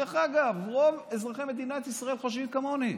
דרך אגב, רוב אזרחי מדינת ישראל חושבים כמוני,